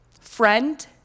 friend